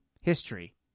history